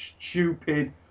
stupid